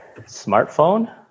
smartphone